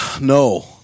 no